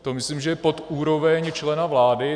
To myslím, že je pod úroveň člena vláda.